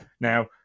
Now